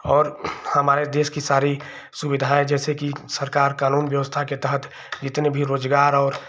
और हमारे देश की सारी सुविधाएँ जैसे कि सरकार कानून व्यवस्था के तहत जितने भी रोज़गार और